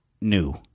new